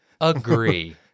agree